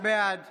בעד